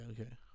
okay